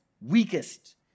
weakest